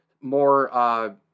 more, –